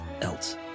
else